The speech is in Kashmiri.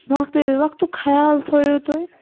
وَقتہٕ وِز وَقتُک خَیال تھٲیِو تُہۍ